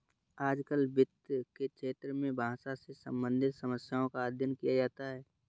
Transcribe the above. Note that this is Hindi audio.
आजकल वित्त के क्षेत्र में भाषा से सम्बन्धित समस्याओं का अध्ययन किया जाता है